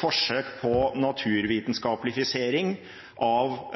forsøk på «naturvitenskapeligfisering» av